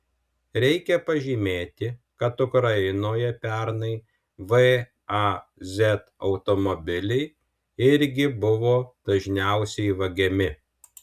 reikia pažymėti kad ukrainoje pernai vaz automobiliai irgi buvo dažniausiai vagiami